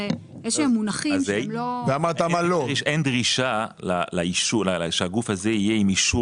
יש מונחים --- אין דרישה שהגוף הזה יהיה עם אישור